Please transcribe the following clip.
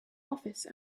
office